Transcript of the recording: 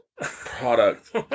Product